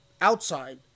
outside